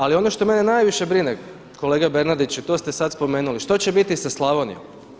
Ali ono što mene najviše brine kolega Bernardić i to ste sad spomenuli što će biti sa Slavonijom?